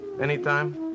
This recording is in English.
Anytime